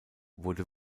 wurde